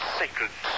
sacred